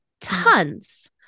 Tons